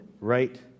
right